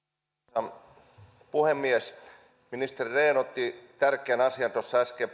arvoisa puhemies ministeri rehn otti tärkeän asian äsken